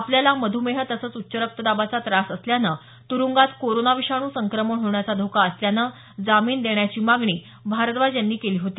आपल्याला मधुमेह तसंच उच्च रक्तदाबाचा त्रास असल्यानं तुरुंगात कोरोना विषाणू संक्रमण होण्याचा धोका असल्यानं जामीन देण्याची मागणी भारद्वाज यांनी केली होती